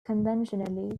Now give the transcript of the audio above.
conventionally